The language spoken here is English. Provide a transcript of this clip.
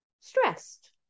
stressed